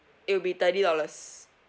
it'll be thirty dollars